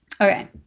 okay